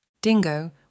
Dingo